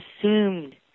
assumed